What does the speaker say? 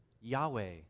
Yahweh